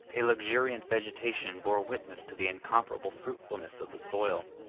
a luxuriant vegetation bore witness to the incomparable fruitfulness of the soil.